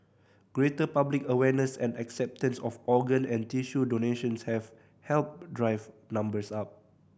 greater public awareness and acceptance of organ and tissue donations have helped drive numbers up